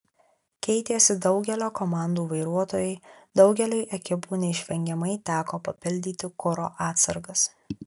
keitėsi daugelio komandų vairuotojai daugeliui ekipų neišvengiamai teko papildyti kuro atsargas